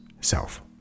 self